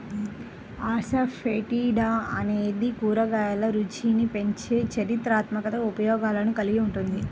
asafoetida అనేది కూరగాయల రుచిని పెంచే చారిత్రాత్మక ఉపయోగాలను కలిగి ఉంటుంది